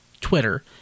Twitter